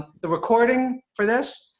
the recording for this,